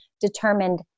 determined